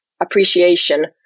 appreciation